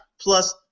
Plus